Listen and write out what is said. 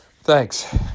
thanks